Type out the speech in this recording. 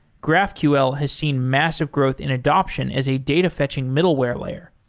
graphql has seen massive growth in adaption as a data-fetching middleware layer.